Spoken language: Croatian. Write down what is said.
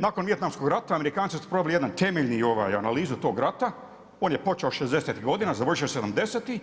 Nakon vijetnamskog rata Amerikanci su proveli jedan temeljni analizu tog rata on je počeo 60-tih godina završio 70-tih,